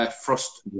frost